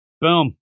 Boom